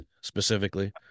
specifically